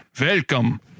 Welcome